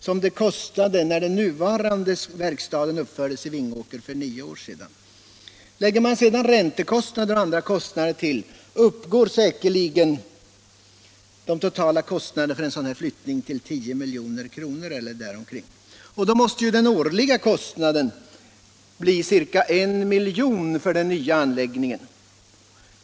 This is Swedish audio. som det kostade när den nuvarande verkstaden uppfördes i Vingåker för nio år sedan. Lägger man sedan till räntekostnader och andra kostnader uppgår säkerligen den totala kostnaden för flyttningen till 10 milj.kr. eller där omkring. Då måste ju den årliga kostnaden bli ca 1 milj.kr. för den nya anläggningen.